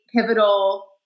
pivotal